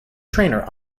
trainer